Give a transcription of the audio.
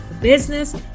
business